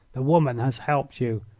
the woman has helped you.